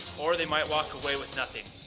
or they might walk away with nothing.